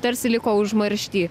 tarsi liko užmaršty